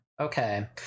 Okay